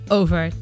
over